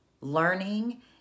learning